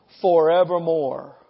forevermore